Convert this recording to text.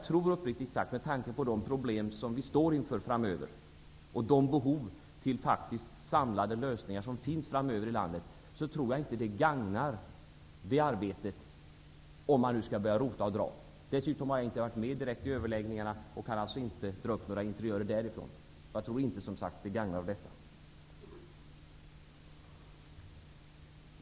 Men med tanke på de problem som vi framöver står inför och de behov till faktiskt samlade lösningar som framöver finns i landet, tror jag inte att det gagnar det arbetet om man skall börja rota och dra. Dessutom har jag inte varit med direkt vid överläggningarna och kan därför inte dra upp några interiörer därifrån. Jag tror, som sagt, inte att det skulle gagna syftet.